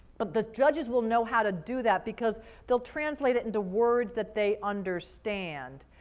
but the judges will know how to do that because they'll translate it into words that they understand.